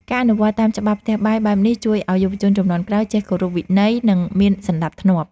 ការអនុវត្តតាមច្បាប់ផ្ទះបាយបែបនេះជួយឱ្យយុវជនជំនាន់ក្រោយចេះគោរពវិន័យ និងមានសណ្តាប់ធ្នាប់។